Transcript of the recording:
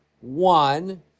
one